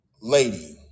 lady